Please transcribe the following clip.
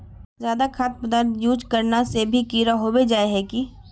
ज्यादा खाद पदार्थ यूज करना से भी कीड़ा होबे जाए है की?